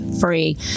free